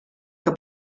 que